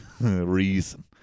reason